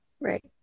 Right